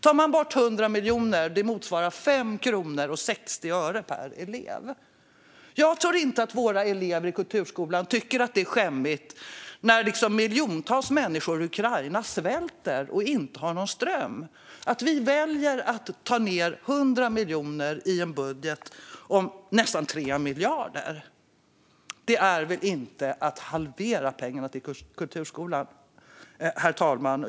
De 100 miljoner kronor man tar bort motsvarar 5 kronor och 60 öre per elev. Jag tror inte att våra elever i kulturskolan tycker att det är skamligt när miljontals människor i Ukraina svälter och inte har någon ström. Att vi väljer att dra ned med 100 miljoner i en budget om nästan 3 miljarder är väl inte att halvera pengarna till kulturskolan, herr talman.